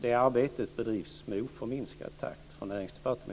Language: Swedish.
Det arbetet bedrivs med oförminskad takt i